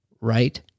right